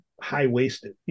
high-waisted